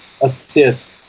assist